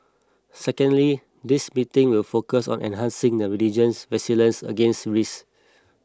secondly the meetings will focus on enhancing the region's resilience against risks